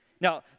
Now